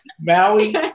maui